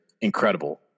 incredible